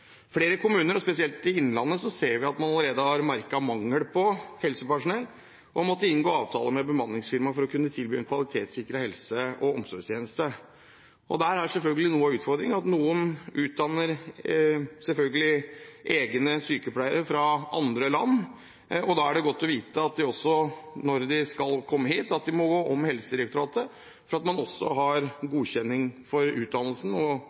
flere kommuner og spesielt i innlandet ser vi at man allerede har merket mangel på helsepersonell, og man har måttet inngå avtale med bemanningsfirma for å kunne tilby en kvalitetssikret helse- og omsorgstjeneste. Der er noe av utfordringen, at det utdannes selvfølgelig egne sykepleiere fra andre land, og da er det godt å vite at de også, når de skal komme hit, må gå om Helsedirektoratet for å få godkjenning av utdannelse og også språkkunnskaper. Vi vet at det er stort behov for økt språkforståelse og